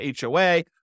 HOA